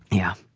yeah.